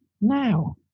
now